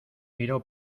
miró